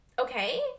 okay